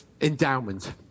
Endowment